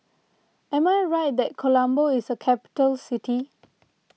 am I right that Colombo is a capital city